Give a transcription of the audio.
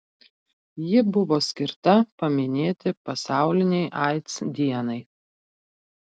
ji buvo skirta paminėti pasaulinei aids dienai